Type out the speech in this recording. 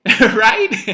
right